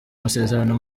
amasezerano